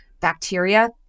bacteria